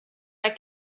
bei